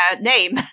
name